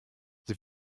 sie